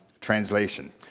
translation